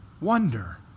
wonder